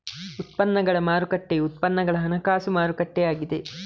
ಉತ್ಪನ್ನಗಳ ಮಾರುಕಟ್ಟೆಯು ಉತ್ಪನ್ನಗಳ ಹಣಕಾಸು ಮಾರುಕಟ್ಟೆಯಾಗಿದೆ